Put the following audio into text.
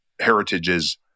heritages